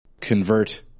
convert